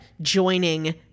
joining